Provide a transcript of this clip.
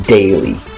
Daily